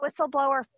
whistleblower